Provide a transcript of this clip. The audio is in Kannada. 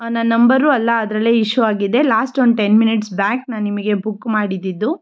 ನನ್ನ ನಂಬರು ಅಲ್ಲ ಅದ್ರಲ್ಲೇ ಇಶ್ಯೂ ಆಗಿದೆ ಲಾಸ್ಟ್ ಒಂದು ಟೆನ್ ಮಿನಿಟ್ಸ್ ಬ್ಯಾಕ್ ನಾನು ನಿಮಗೆ ಬುಕ್ ಮಾಡಿದ್ದಿದ್ದು